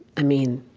i mean,